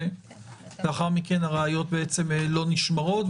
ולאחר מכן הראיות בעצם לא נשמרות.